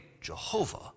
Jehovah